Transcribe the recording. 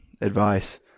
advice